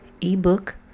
ebook